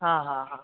हा हा हा